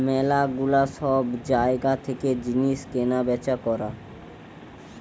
ম্যালা গুলা সব জায়গা থেকে জিনিস কেনা বেচা করা